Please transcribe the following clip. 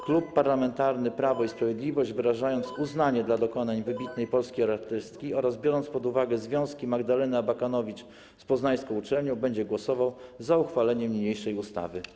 Klub Parlamentarny Prawo i Sprawiedliwość, wyrażając uznanie dla dokonań wybitnej polskiej artystki oraz biorąc pod uwagę związki Magdaleny Abakanowicz z poznańską uczelnią, będzie głosował za uchwaleniem niniejszej ustawy.